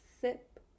sip